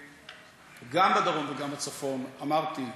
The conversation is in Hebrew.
גם בדרום וגם בצפון, אמרתי,